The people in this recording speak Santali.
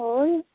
ᱦᱳᱭ